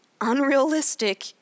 unrealistic